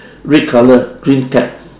red colour green cap